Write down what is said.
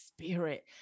spirit